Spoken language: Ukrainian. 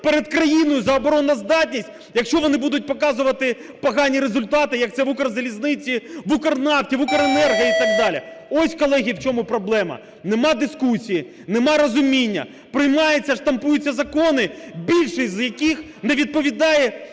перед країною за обороноздатність, якщо вони будуть показувати погані результати, як це в Укрзалізниці, в Укрнафті, в Укренерго і так далі? Ось колеги в чому проблема: нема дискусії, нема розуміння, приймаються і штампуються закони, більшість з яких не відповідає